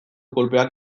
kolpeak